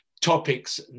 topics